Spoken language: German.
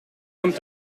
kommt